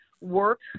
work